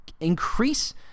increase